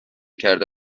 کرده